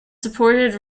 supported